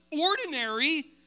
ordinary